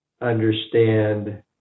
understand